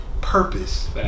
purpose